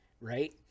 right